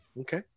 Okay